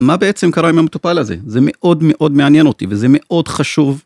מה בעצם קרה עם המטופל הזה? זה מאוד מאוד מעניין אותי וזה מאוד חשוב.